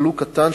ולו הקטן,